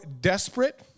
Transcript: desperate